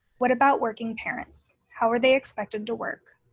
what about working parents? how are they expected to work?